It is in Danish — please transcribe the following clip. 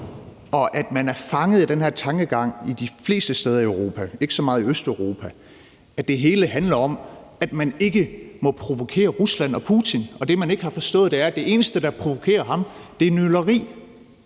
og at man er fanget i den her tankegang de fleste steder i Europa – ikke så meget i Østeuropa – at det hele handler om, at man ikke må provokere Rusland og Putin. Og det, man ikke har forstået, er, at det eneste, der provokerer ham, er nøleri.